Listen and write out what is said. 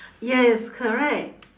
yes correct